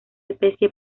especie